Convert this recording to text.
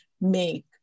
make